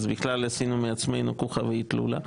אז בכלל עשינו מעצמנו חוכא ואיטלולא.